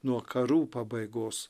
nuo karų pabaigos